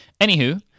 Anywho